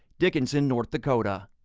dickinson, north dakota.